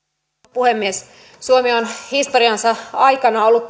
puhemies suomi on historiansa aikana ollut